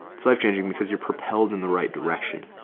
it's life changing because you're propelled in the right direction.